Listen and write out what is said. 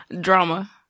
Drama